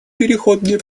переходный